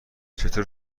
چطور